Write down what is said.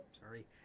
sorry